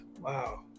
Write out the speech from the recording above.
Wow